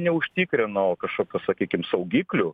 neužtikrino kažkokio sakykim saugiklių